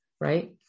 Right